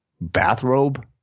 bathrobe